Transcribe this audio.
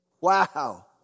Wow